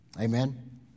Amen